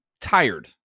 tired